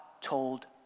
told